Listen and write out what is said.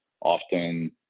often